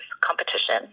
competition